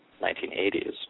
1980s